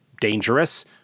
dangerous